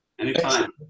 Anytime